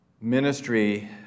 ministry